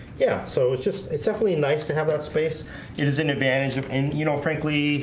yeah, so it's just it's definitely nice to have that space is an advantage of and you know frankly